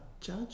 judge